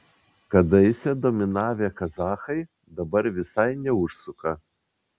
kadaise dominavę kazachai dabar visai neužsuka